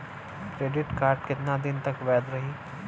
Credit card कितना दिन तक वैध रही?